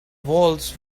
walls